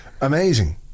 Amazing